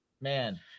man